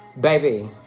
baby